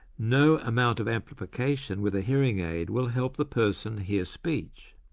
no amount of amplification with a hearing aid will help the person hear speech,